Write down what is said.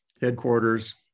headquarters